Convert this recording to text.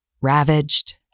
ravaged